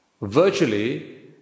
virtually